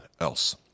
else